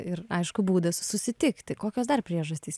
ir aišku būdas susitikti kokios dar priežastys